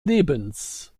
lebens